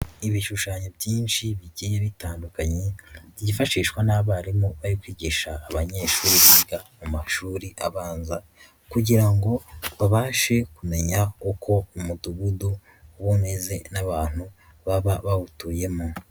Ibishushanyo byinshi bigiye bitandukanye, byifashishwa n'abarimu bari kwigisha abanyeshuri biga mu mashuri abanza kugira ngo babashe kumenya uko umudugudu uba umeze n'abantu baba bawutuyemo.